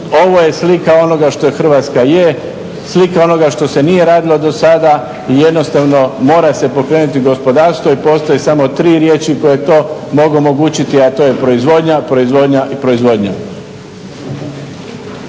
Ovo je slika onoga što Hrvatska je, slika onoga što se nije radilo do sada i jednostavno mora se pokrenuti gospodarstvo i postoje samo tri riječi koje to mogu omogućiti, a to je proizvodnja, proizvodnja i proizvodnja.